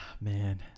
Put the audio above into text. man